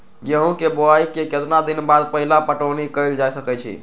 गेंहू के बोआई के केतना दिन बाद पहिला पटौनी कैल जा सकैछि?